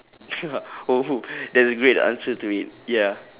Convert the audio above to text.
oh that's a great answer to it ya